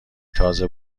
تازه